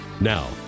Now